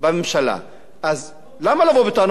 אז למה לבוא בטענות לבנימין נתניהו,